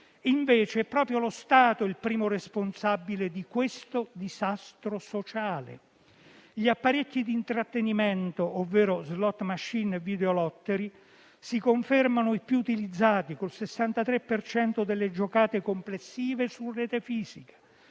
È proprio lo Stato il primo responsabile di questo disastro sociale. Gli apparecchi di intrattenimento, ovvero *slot machine* e *videolottery* si confermano i più utilizzati con il 63 per cento delle giocate complessive su rete fisica.